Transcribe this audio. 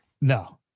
No